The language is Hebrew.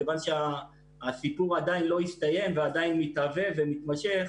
כיוון שהסיפור עדיין לא הסתיים ועדיין מתהווה ומתמשך,